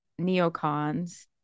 neocons